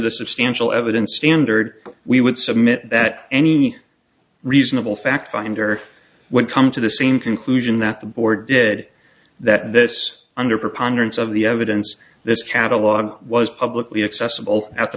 the substantial evidence standard we would submit that any reasonable fact finder would come to the same conclusion that the board did that this under proponents of the evidence this catalog was publicly accessible at the